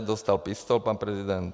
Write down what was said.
Dostal pistoli pan prezident.